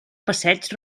passeig